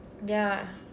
ya